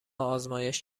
آزمایش